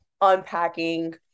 unpacking